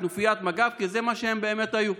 "כנופיית מג"ב" כי זה מה שהם באמת היו.